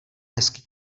hezký